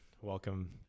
welcome